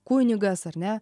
kunigas ar ne